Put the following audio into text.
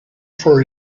for